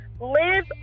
Live